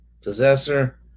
possessor